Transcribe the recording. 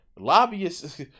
lobbyists